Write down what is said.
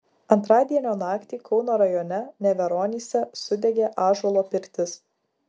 antradienio naktį kauno rajone neveronyse sudegė ąžuolo pirtis